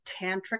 tantric